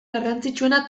garrantzitsuena